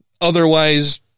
otherwise